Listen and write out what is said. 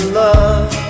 love